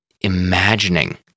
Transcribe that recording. Imagining